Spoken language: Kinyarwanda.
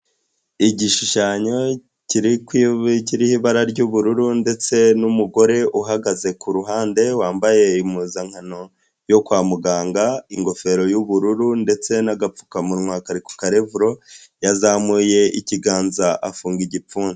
Igishushanyo kiri kiriho ibara ry'ubururu, ndetse n'umugore uhagaze ku ruhande wambaye impuzankano yo kwa muganga, ingofero y'ubururu, ndetse n'agapfukamunwa kari kuka revero, yazamuye ikiganza afunga igipfunsi.